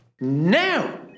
Now